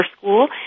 school